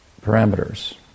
parameters